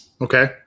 Okay